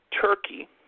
Turkey